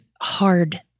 hard